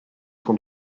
fin